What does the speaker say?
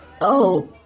Oh